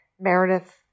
Meredith